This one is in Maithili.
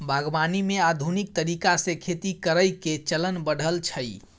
बागवानी मे आधुनिक तरीका से खेती करइ के चलन बढ़ल छइ